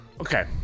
Okay